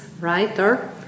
writer